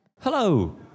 Hello